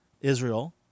Israel